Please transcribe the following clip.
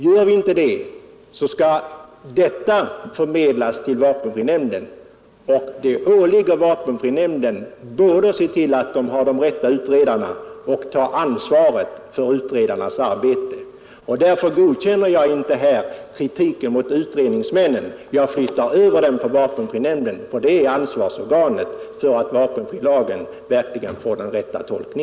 Gör vi inte det, skall detta förmedlas till vapenfrinämnden, ty det åligger nämnden både att se till att den har de rätta utredarna och att ta ansvaret för utredarnas arbete. Därför godkänner jag alltså inte kritiken mot utredningsmännen. Jag flyttar över — Nr 138 den på vapenfrinämnden. Den är det ansvariga organet för att vapenfrila Fredagen den